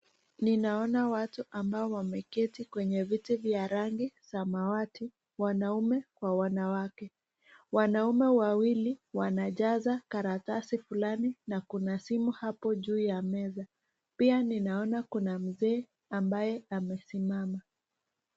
Ninaona watu ambao wameketi kwenye viti vya rangi samawati wanaume kwa wanawake. Wanaume wawili wanajaza karatasi fulani na kuna simu hapo juu ya meza. Pia ninaona kuna mzee ambaye amesimama.